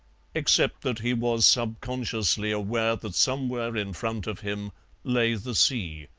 except that he was subconsciously aware that somewhere in front of him lay the sea.